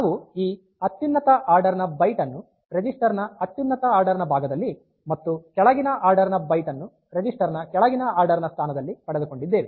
ನಾವು ಈ ಅತ್ಯುನ್ನತ ಆರ್ಡರ್ ನ ಬೈಟ್ ಅನ್ನು ರಿಜಿಸ್ಟರ್ ನ ಅತ್ಯುನ್ನತ ಆರ್ಡರ್ ನ ಭಾಗದಲ್ಲಿ ಮತ್ತು ಕೆಳಗಿನ ಆರ್ಡರ್ ನ ಬೈಟ್ ಅನ್ನು ರಿಜಿಸ್ಟರ್ ನ ಕೆಳಗಿನ ಆರ್ಡರ್ ನ ಸ್ಥಾನದಲ್ಲಿ ಪಡೆದುಕೊಂಡಿದ್ದೇವೆ